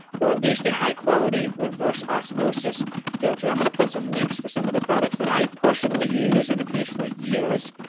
or at least a high quality reverse osmosis filter. i'm going to put some links for some of the products that i personally use and have used for years.